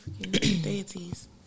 deities